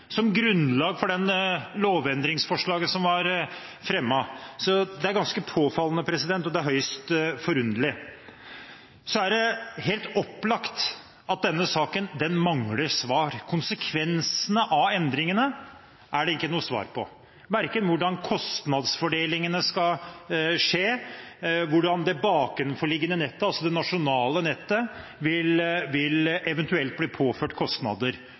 for å begrunne lovendringsforslaget som var fremmet. Det er ganske påfallende, og det er høyst forunderlig. Det er helt opplagt at denne saken mangler svar. Konsekvensene av endringene er det ikke noe svar på, verken hvordan kostnadsfordelingen skal skje, hvordan det bakenforliggende nettet, altså det nasjonale nettet, eventuelt vil bli påført kostnader,